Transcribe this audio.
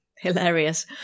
Hilarious